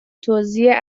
توزیع